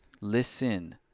listen